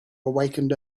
awakened